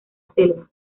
selva